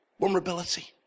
Vulnerability